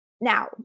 Now